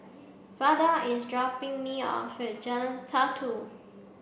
Vada is dropping me off at Jalan Satu